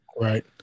Right